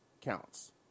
counts